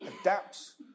adapts